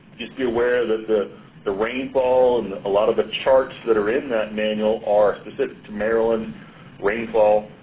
just be aware that the the rainfall and a lot of the charts that are in that manual are specific to maryland rainfall,